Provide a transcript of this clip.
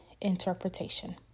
interpretation